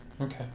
okay